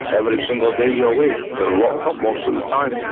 every single day you're awake, you're locked up most of the time,